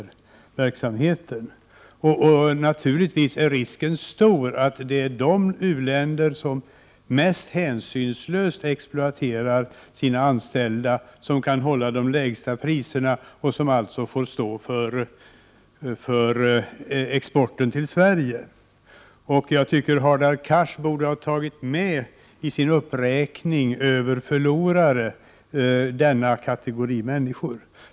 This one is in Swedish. Naturligtvis är risken stor att det är de u-länder som mest hänsynslöst exploaterar sina anställda som kan hålla de lägsta priserna och som alltså får stå för exporten till Sverige. Jag tycker Hadar Cars i sin uppräkning över förlorare borde ha tagit med de här kategorierna människor.